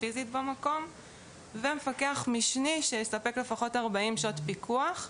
פיזית במקום ולמפקח משני שיספק לפחות 40 שעות פיקוח,